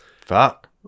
Fuck